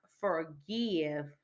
forgive